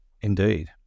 Indeed